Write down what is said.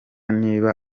niba